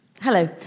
Hello